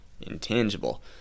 intangible